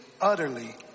utterly